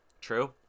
True